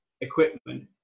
equipment